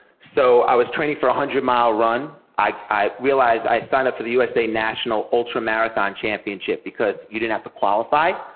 so i was training for a hundred mile run, i realized, i had signed up for the usa national ultra marathon championship, because you didn't have to qualify,